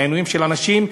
העינויים של אנשים,